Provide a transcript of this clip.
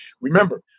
Remember